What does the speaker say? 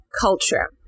culture